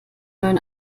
neuen